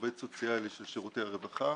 עובד סוציאלי של שירותי הרווחה